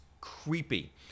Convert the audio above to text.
creepy